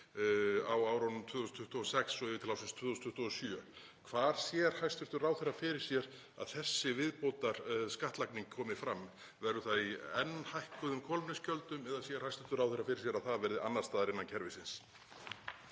á árinu 2026 og yfir til ársins 2027. Hvar sér hæstv. ráðherra fyrir sér að þessi viðbótarskattlagning komi fram? Verður það í enn hækkuðum kolefnisgjöldum eða sér hæstv. ráðherra fyrir sér að það verði annars staðar innan kerfisins?